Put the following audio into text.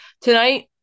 Tonight